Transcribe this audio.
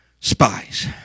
spies